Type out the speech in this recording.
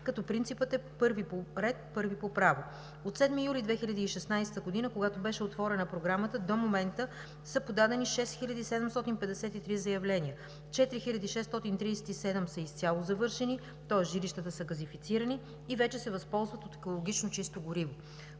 по ред, първи по право“. От 7 юли 2016 г., когато беше отворена Програмата, до момента са подадени 6753 заявления – 4637 са изцяло завършени, тоест жилищата са газифицирани и вече се възползват от екологично чисто гориво.